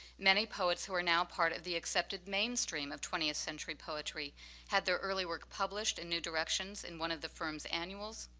many poets who are now part of the accepted mainstream of twentieth century poetry had their early work published in new directions, in one of the firm's annuals,